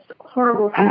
horrible